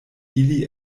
ili